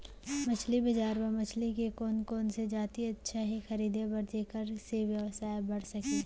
मछली बजार बर मछली के कोन कोन से जाति अच्छा हे खरीदे बर जेकर से व्यवसाय बढ़ सके?